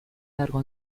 largo